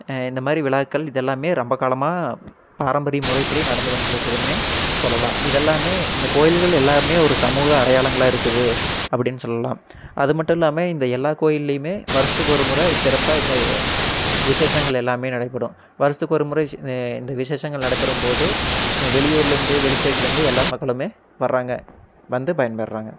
இந்த மாரி விழாக்கள் இதெல்லாமே ரொம்ப காலமாக பாரம்பரிய முறைப்படி நடந்து வந்துட்டு இருக்குதுன்னே சொல்லலாம் இதெல்லாமே இந்தக் கோயில்கள் எல்லாமே ஒரு சமூக அடையாளங்களாக இருக்குது அப்படினு சொல்லலாம் அது மட்டும் இல்லாம இந்த எல்லாக் கோயில்லையுமே வருஷத்துக்கு ஒரு முறை சிறப்பாக இந்த விசேஷங்கள் எல்லாமே நடைபெறும் வருஷத்துக்கு ஒரு முறை இந்த விசேஷங்கள் நடைபெறும்போது வெளியூர்லேந்து வெளி ஸ்டேட்லேந்து எல்லா மக்களுமே வர்றாங்க வந்து பயன்பெறுறாங்க